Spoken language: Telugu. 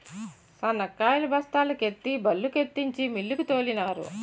శనక్కాయలు బస్తాల కెత్తి బల్లుకెత్తించి మిల్లుకు తోలినారు